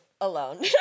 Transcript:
alone